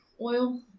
oil